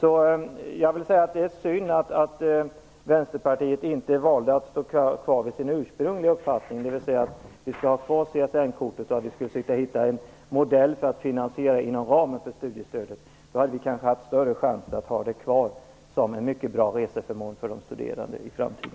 Det är synd att Vänsterpartiet inte valde att stå kvar vid sin ursprungliga uppfattning, dvs. att vi skall ha kvar CSN-kortet och att vi skall försöka hitta en modell för att finansiera det inom ramen för studiestödet. Då hade vi kanske haft större chanser att i framtiden ha det kvar som en mycket bra reseförmån för de studerande.